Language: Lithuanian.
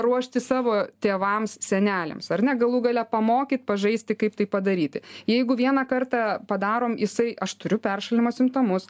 ruošti savo tėvams seneliams ar ne galų gale pamokyt pažaisti kaip tai padaryti jeigu vieną kartą padarom jisai aš turiu peršalimo simptomus